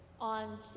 on